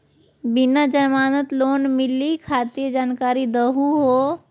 बिना जमानत लोन मिलई खातिर जानकारी दहु हो?